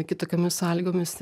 kitokiomis sąlygomis